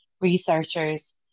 researchers